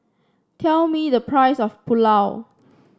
tell me the price of Pulao